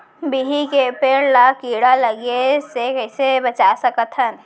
बिही के पेड़ ला कीड़ा लगे ले कइसे बचा सकथन?